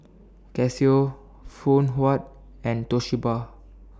Casio Phoon Huat and Toshiba